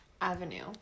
avenue